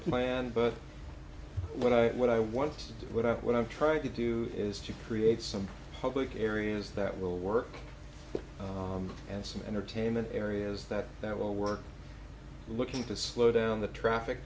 planned but what i what i want to do what i what i'm trying to do is to create some public areas that will work and some entertainment areas that that will work looking to slow down the traffic